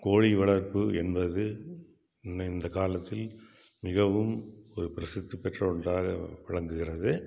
கோழி வளர்ப்பு என்பது இன்ன இந்த காலத்தில் மிகவும் ஒரு பிரசித்தி பெற்ற ஒன்றாக விளங்குகிறது